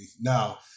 Now